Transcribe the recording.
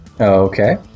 Okay